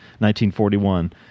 1941